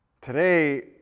Today